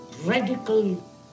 radical